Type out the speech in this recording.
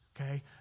Okay